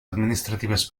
administratives